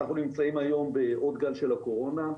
אנחנו נמצאים היום בעוד גל של הקורונה,